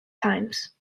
times